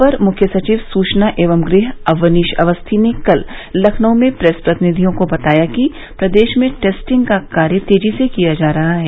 अपर मुख्य सचिव सूचना एवं गृह अवनीश अवस्थी ने कल लखनऊ में प्रेस प्रतिनिधियों को बताया कि प्रदेश में टेस्टिंग का कार्य तेजी से किया जा रहा है